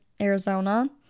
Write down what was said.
Arizona